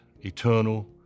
eternal